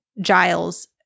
Giles